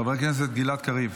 חבר הכנסת גלעד קריב,